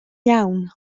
iawn